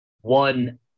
one